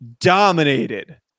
dominated